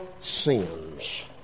sins